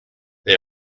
they